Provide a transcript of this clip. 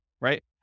right